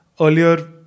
earlier